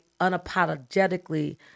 unapologetically